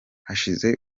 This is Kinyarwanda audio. hashize